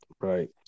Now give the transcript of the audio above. Right